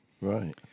Right